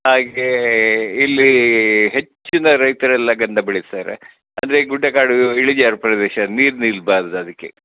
ಹಾಗೆ ಇಲ್ಲಿ ಹೆಚ್ಚಿನ ರೈತರೆಲ್ಲ ಗಂಧ ಬೆಳೆಯುತ್ತಾರೆ ಅಂದರೆ ಈ ಗುಡ್ಡಗಾಡು ಇಳಿಜಾರು ಪ್ರದೇಶ ನೀರು ನಿಲ್ಬಾರ್ದು ಅದಕ್ಕೆ